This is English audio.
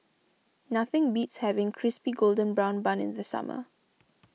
nothing beats having Crispy Golden Brown Bun in the summer